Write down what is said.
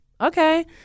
okay